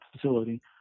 facility